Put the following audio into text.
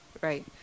right